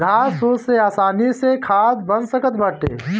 घास फूस से आसानी से खाद बन सकत बाटे